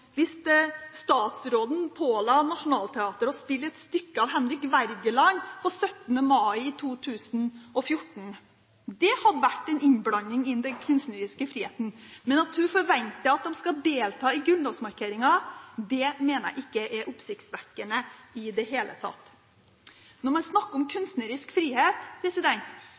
hvis statsråden påla Nationaltheatret å spille et stykke av Henrik Wergeland på 17. mai i 2014. Det hadde vært en innblanding i den kunstneriske friheten! Men at kulturministeren forventer at de skal delta i grunnlovsmarkeringen, mener jeg ikke er oppsiktsvekkende i det hele tatt. Når man snakker om kunstnerisk frihet: